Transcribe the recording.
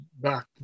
back